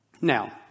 Now